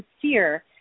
sincere